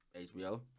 HBO